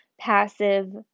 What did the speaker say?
passive